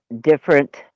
different